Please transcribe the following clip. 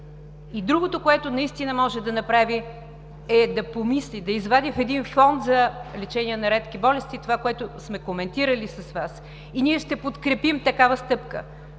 И другото, което наистина може да направи, е да помисли, да извади един фонд за лечение на редки болести – това, което сме коментирали с Вас, и ние ще подкрепим такава стъпка,